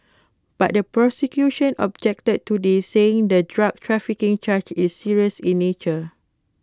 but the prosecution objected to this saying the drug trafficking charge is serious in nature